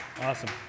awesome